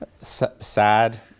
Sad